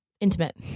Intimate